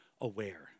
aware